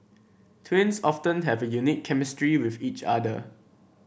twins often have a unique chemistry with each other